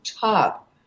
top